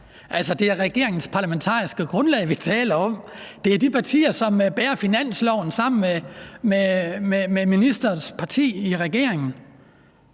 Det er regeringens parlamentariske grundlag, vi taler om, det er de partier, som bærer finansloven igennem sammen med ministerens parti i regeringen.